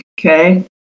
okay